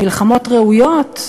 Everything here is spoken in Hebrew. מלחמות ראויות,